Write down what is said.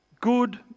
Good